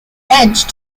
edge